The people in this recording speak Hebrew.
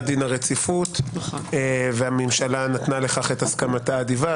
דין הרציפות והממשלה נתנה לכך את הסכמתה האדיבה.